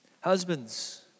Husbands